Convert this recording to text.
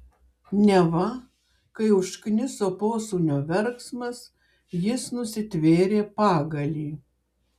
neva kai užkniso posūnio verksmas jis nusitvėrė pagalį